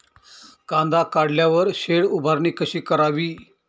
कांदा काढल्यावर शेड उभारणी कशी करावी?